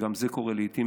גם זה קורה לעיתים,